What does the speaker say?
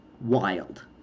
wild